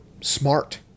smart